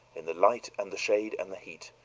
in the light and the shade and the heat,